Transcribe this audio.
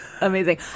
Amazing